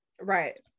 right